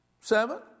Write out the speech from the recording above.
Seven